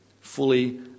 fully